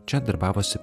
čia darbavosi